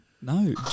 No